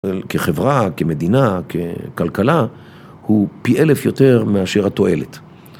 כחברה, כמדינה, ככלכלה, הוא פי אלף יותר מאשר התועלת.